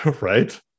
Right